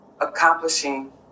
accomplishing